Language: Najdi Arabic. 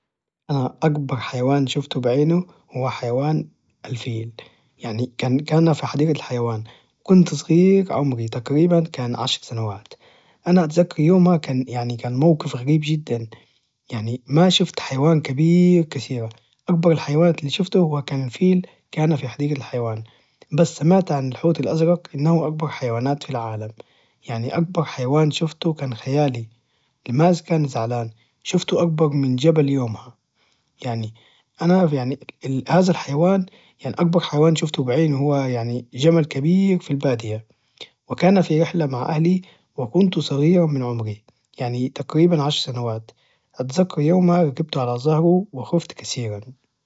اه أكبر حيوان شفته بعينه هو حيوان الفيل يعني يعني كان في حديقة الحيوان وكنت صغير عمري تقريبا كان عشر سنوات انا أتذكر يومه يعني كان موقف غريب جدا يعني ما شفت حيوان كبير كثيرا أكبر الحيوانات اللي شفته هو كان الفيل كان في حديقة الحيوان بس سمعت عن الحوت الأزرق أنه أكبر الحيوانات اللي في العالم يعني أكبر حيوان شفته كان خيالي الناس كانت زعلانه شفته أكبر من جبل يومه يعني أنا يعني هذا الحيوان أكبر حيوان شفته بعيني هو جمل كبير في البادية وكان في رحلي مع اهلي وكنت صغيرا من عمري يعني تقريبا عشر سنوات أتذكر يومها ركبت على ظهره وخفت كثيرا